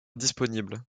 disponible